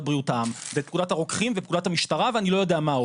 בריאות העם ופקודת הרוקחים ופקודת המשטרה ואני לא יודע מה עוד,